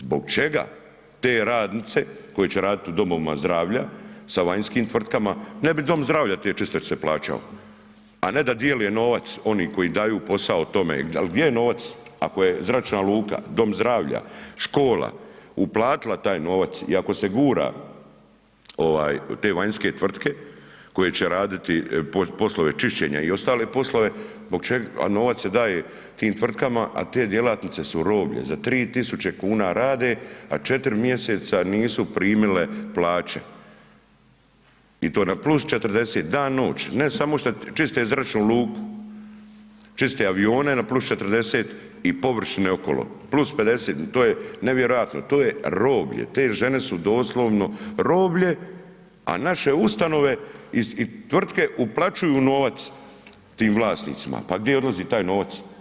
Zbog čega te radnice koje će radit u domovina zdravlja sa vanjskim tvrtkama, ne bi dom zdravlja te čistačice plaćao, a ne da dijele novac oni koji daju posao tome, al gdje je novac ako je zračna luka, dom zdravlja, škola, uplatila taj novac i ako se gura te vanjske tvrtke koje će raditi poslove čišćenja i ostale poslove, a novac se daje tim tvrtkama, a te djelatnice su roblje, za 3.000,00 kn, a 4 mjeseca nisu primile plaće i to na +40 dan noć, ne samo šta čiste zračnu luku, čiste avione na +40 i površine okolo + 50, to je nevjerojatno, to je roblje, te žene su doslovno roblje, a naše ustanove i tvrtke uplaćuju novac tim vlasnicima, pa gdje odlazi taj novac.